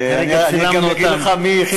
אני גם אגיד לך מי הכין את התשובות.